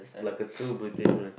like a two British man